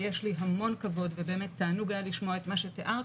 ויש לי המון כבוד ובאמת תענוג היה לשמוע את מה שתיארת,